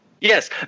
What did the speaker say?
Yes